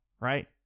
Right